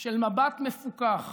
של מבט מפוקח